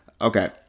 okay